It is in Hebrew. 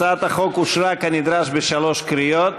הצעת החוק אושרה כנדרש בשלוש קריאות.